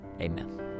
Amen